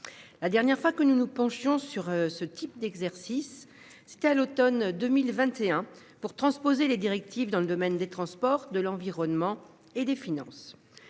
La dernière fois que nous nous penchions sur ce type d'exercice. C'était à l'Automne 2021 pour transposer les directives dans le domaine des transports, de l'environnement et des finances